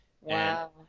Wow